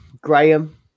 Graham